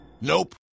Nope